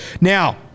Now